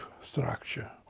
structure